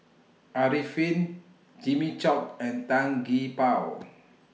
Arifin Jimmy Chok and Tan Gee Paw